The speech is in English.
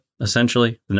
essentially